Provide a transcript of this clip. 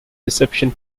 reception